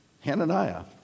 hananiah